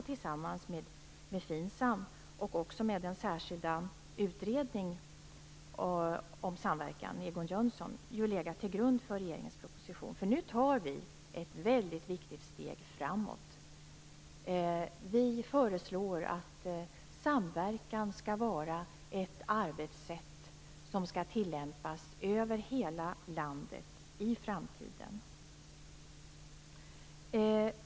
Tillsammans med FINSAM och den särskilda utredningen om samverkan, Egon Jönsson, har detta legat till grund för regeringens proposition. Nu tar vi ett väldigt viktigt steg framåt. Vi föreslår att samverkan skall vara ett arbetssätt som skall tillämpas över hela landet i framtiden.